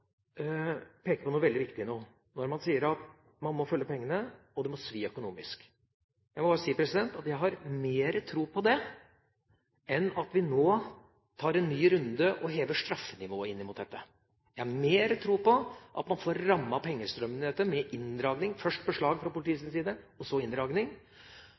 peker på noe veldig viktig når det sies at man må følge pengene, og at det må svi økonomisk. Jeg har mer tro på det enn at vi nå tar en ny runde og hever straffenivået. Jeg har mer tro på å ramme pengestrømmen her – med først beslag fra politiets side og så inndragning.